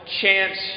chance